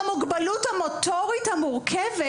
הילד עם המוגבלות המוטורית המורכבת